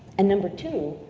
and number two,